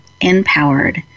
empowered